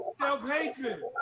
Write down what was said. self-hatred